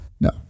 No